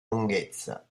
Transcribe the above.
lunghezza